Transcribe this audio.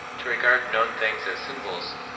to regard known things as symbols,